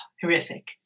horrific